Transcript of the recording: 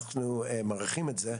אנחנו מעריכים את זה,